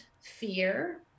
fear